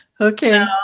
Okay